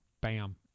Bam